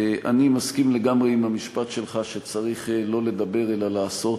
אני מסכים לגמרי עם המשפט שלך שצריך לא לדבר אלא לעשות,